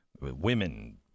women